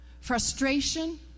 frustration